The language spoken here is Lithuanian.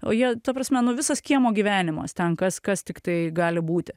o jie ta prasme nu visas kiemo gyvenimas ten kas kas tiktai gali būti